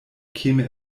käme